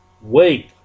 Wait